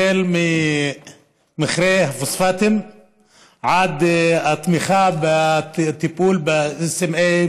החל ממכרה הפוספטים ועד התמיכה בטיפול ב-SMA,